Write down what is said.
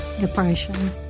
depression